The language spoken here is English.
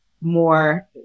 more